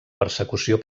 persecució